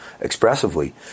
expressively